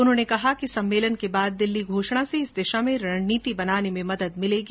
उन्होंने कहा कि सम्मेलन के बाद दिल्ली घोषणा से इस दिशा में रणनीति बनाने में मदद मिलेगी